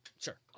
Sure